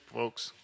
folks